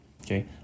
Okay